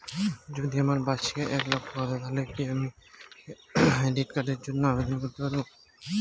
যদি আমার বার্ষিক আয় এক লক্ষ টাকা হয় তাহলে কি আমি ক্রেডিট কার্ডের জন্য আবেদন করতে পারি?